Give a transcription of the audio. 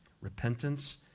Repentance